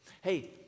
Hey